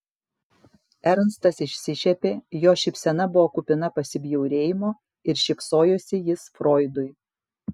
ernstas išsišiepė jo šypsena buvo kupina pasibjaurėjimo ir šypsojosi jis froidui